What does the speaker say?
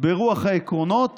ברוח העקרונות